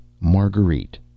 Marguerite